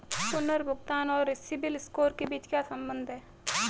पुनर्भुगतान और सिबिल स्कोर के बीच क्या संबंध है?